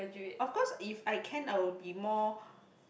of course if I can I'll be more